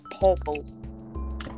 purple